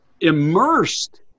immersed